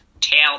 tail